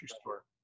store